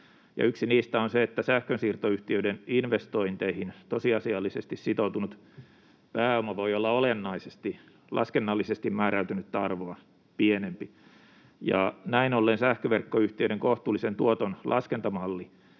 Yksi niistä on se, että sähkönsiirtoyhtiöiden investointeihin tosiasiallisesti sitoutunut pääoma voi olla olennaisesti laskennallisesti määräytynyttä arvoa pienempi, ja näin ollen sähköverkkoyhtiöiden kohtuullisen tuoton laskentamalli